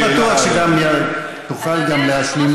אני בטוח שתוכל גם להשלים.